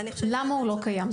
למה הוא לא קיים?